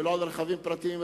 ולא על רכבים פרטיים.